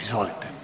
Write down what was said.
Izvolite.